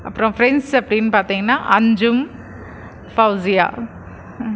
அப்புறம் ஃப்ரெண்ட்ஸ் அப்படின்னு பார்த்தீங்கன்னா அஞ்சும் ஃபௌசியா